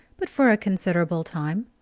but for a considerable time.